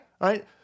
right